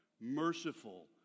merciful